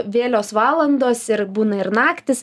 vėlios valandos ir būna ir naktys